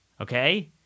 Okay